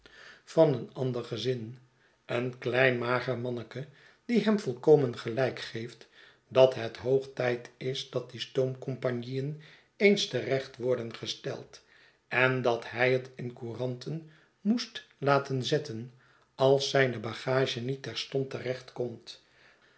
van een ander gezin een klein mager manneke die hem volkomen gelijk geeft dat het hoog tijd is dat die stoomcompagnieen eens te recht worden gesteld en dat hij het in couranten moest laten zetten als zijne bagage niet terstond